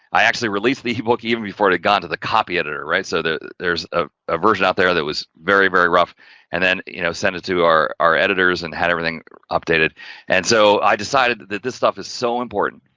i actually released the e-book even before it had gone to the copy editor, right. so, there's ah a version out there that was very, very rough and then, you know, send it to our our editors and had everything updated and so, i decided that this stuff is so important.